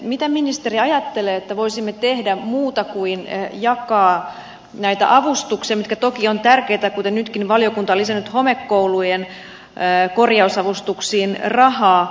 mitä ministeri ajattelee mitä voisimme tehdä muuta kuin jakaa näitä avustuksia mitkä toki ovat tärkeitä kuten nytkin valiokunta on lisännyt homekoulujen korjausavustuksiin rahaa